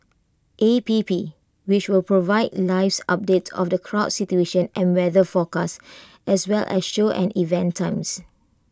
A P P which will provide lives updates of the crowd situation and weather forecast as well as show and event times